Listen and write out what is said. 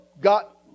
got